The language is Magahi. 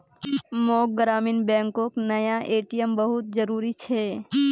मोक ग्रामीण बैंकोक नया ए.टी.एम बहुत जरूरी छे